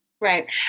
Right